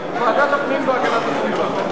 ועדת הפנים והגנת הסביבה.